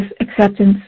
acceptance